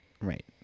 Right